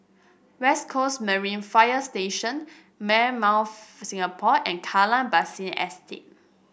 West Coast Marine Fire Station Singapore and Kallang Basin Estate